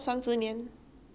养鸟四十